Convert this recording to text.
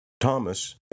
Thomas